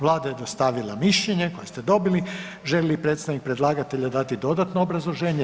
Vlada je dostavila mišljenje koje ste dobili, želi li predstavnik predlagatelja dati dodatno obrazloženje?